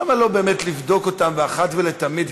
למה לא באמת לבדוק אותם אחת ולתמיד?